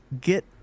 get